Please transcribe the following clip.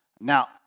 Now